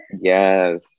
Yes